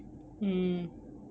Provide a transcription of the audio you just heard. hmm